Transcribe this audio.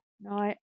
No